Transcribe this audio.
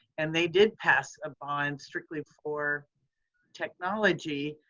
and they did pass a bond strictly for technology.